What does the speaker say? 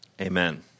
amen